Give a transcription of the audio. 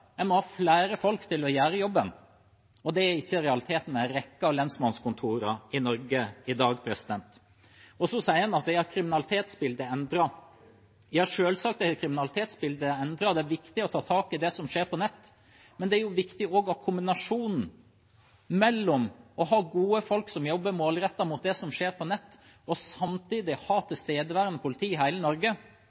må ha flere folk til å gjøre jobben. Det er ikke realiteten ved en rekke av lensmannskontorene i Norge i dag. Og så sier man at kriminalitetsbildet er endret. Ja, selvsagt er kriminalitetsbildet endret, det er viktig å ta tak i det som skjer på nettet. Men viktig er også kombinasjonen å ha gode folk som jobber målrettet mot det som skjer på nett, og å ha tilstedeværende politi i hele Norge,